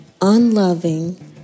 unloving